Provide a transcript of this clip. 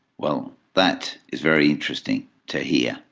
well, that is very interesting to hear,